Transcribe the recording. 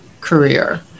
career